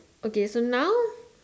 okay so now